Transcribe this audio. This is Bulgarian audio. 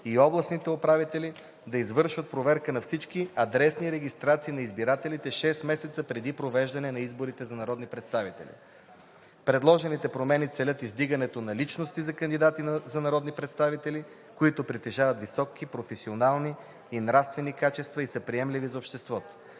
и областните управители да извършат проверка на всички адресни регистрации на избирателите шест месеца преди провеждането на избори за народни представители. Предложените промени целят издигането на личности за кандидати за народни представители, които притежават високи професионални и нравствени качества, и са приемливи за обществото.